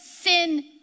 sin